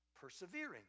persevering